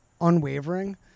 unwavering